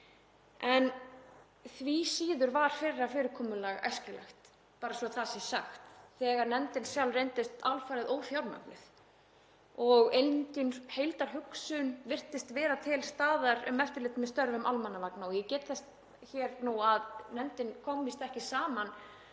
En því síður var fyrra fyrirkomulag æskilegt, bara svo það sé sagt, þegar nefndin reyndist alfarið ófjármögnuð og engin heildarhugsun virtist vera til staðar um eftirlit með störfum almannavarna. Ég get þess hér nú að rannsóknarnefndin kom ekki saman